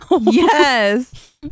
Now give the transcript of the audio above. yes